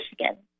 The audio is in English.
Michigan